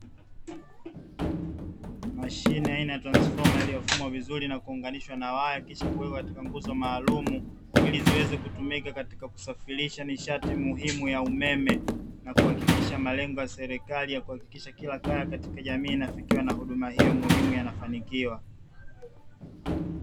Mashine aina transfoma, iliyofungwa vizuri na kuunganishwa na waya, kisha kuwekwa katika nguzo maalumu, ili ziweze kutumika katika kusafirisha nishati muhimu ya umeme na kuhakikisha malengo ya serikali ya kuhakikisha kila kaya katika jamii inafikiwa na huduma hiyo muhimu, yanafanikiwa.